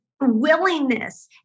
willingness